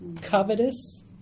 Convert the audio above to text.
covetous